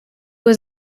was